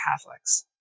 Catholics